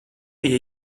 pie